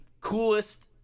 coolest